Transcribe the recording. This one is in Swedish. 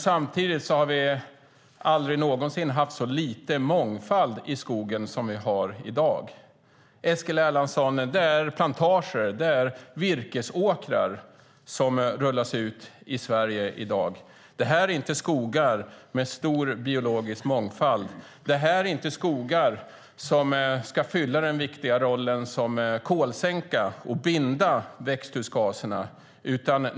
Samtidigt har vi aldrig någonsin haft så lite mångfald i skogen som i dag. Det är plantager, Eskil Erlandsson. Det är virkesåkrar som rullas ut i Sverige i dag. Det är inte skogar med stor biologisk mångfald. Det är inte skogar som ska fylla den viktiga rollen som kolsänka och binda växthusgaserna.